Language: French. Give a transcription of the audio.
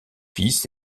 fils